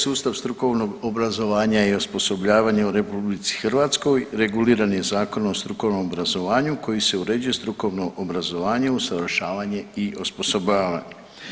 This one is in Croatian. Sustav strukovnog obrazovanja i osposobljavanja u RH reguliran je Zakonom o strukovnom obrazovanju kojim se uređuje strukovno obrazovanje, usavršavanje i osposobljavanje.